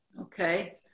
Okay